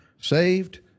saved